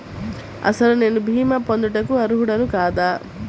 అసలు నేను భీమా పొందుటకు అర్హుడన కాదా?